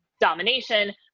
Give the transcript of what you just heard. domination